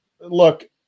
look